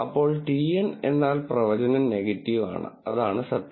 അപ്പോൾ TN എന്നാൽ പ്രവചനം നെഗറ്റീവ് ആണ് അതാണ് സത്യം